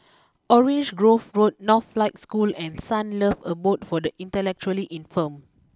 Orange Grove Road Northlight School and Sunlove Abode for the Intellectually Infirmed